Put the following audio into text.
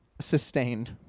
Sustained